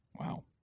Wow